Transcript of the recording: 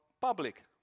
public